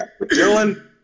Dylan